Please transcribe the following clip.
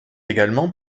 également